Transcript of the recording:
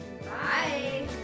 Bye